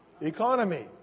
economy